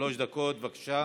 שלוש דקות, בבקשה.